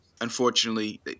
unfortunately